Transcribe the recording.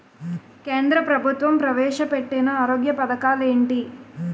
కేంద్ర ప్రభుత్వం ప్రవేశ పెట్టిన ఆరోగ్య పథకాలు ఎంటి?